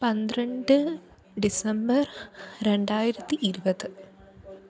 പന്ത്രണ്ട് ഡിസംബർ രണ്ടായിരത്തി ഇരുപത്